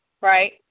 right